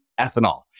ethanol